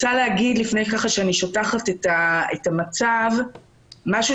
לפני שאני שוטחת את המצב אני רוצה לומר משהו